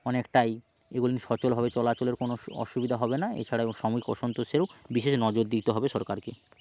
অনেকটাই এগুলি সচলভাবে চলাচলের কোনো সু অসুবিধা হবে না এছাড়াও শ্রমিক অসন্তোষেও বিশেষ নজর দিতে হবে সরকারকে